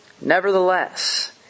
Nevertheless